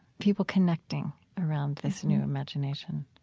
people connecting around this new imagination?